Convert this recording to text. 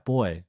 Boy